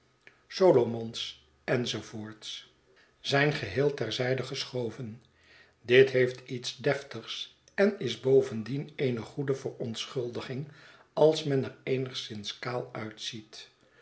barker solomons enz zijn geheel ter zijde geschoven dit heeft iets deftigs en is bovendien eene goede verontschuldiging als men er eenigszins kaal uitziet